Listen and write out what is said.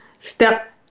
Step